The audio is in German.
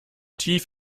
tief